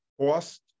Cost